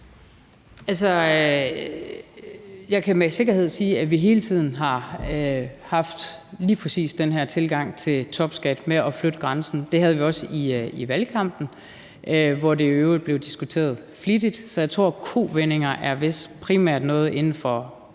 Jeg kan med sikkerhed sige, at vi hele tiden har haft lige præcis den her tilgang til topskat med at flytte grænsen. Det havde vi også i valgkampen, hvor det i øvrigt blev diskuteret flittigt, så jeg tror, at kovendinger vist primært er noget inden for